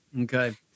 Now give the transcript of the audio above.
Okay